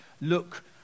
look